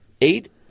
eight